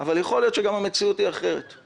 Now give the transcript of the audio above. אבל יכול להיות שהמציאות היא אחרת.